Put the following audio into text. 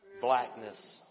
Blackness